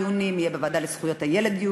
יהיו דיונים בוועדה לזכויות הילד.